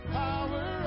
power